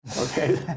okay